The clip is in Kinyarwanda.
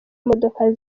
imodoka